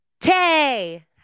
tay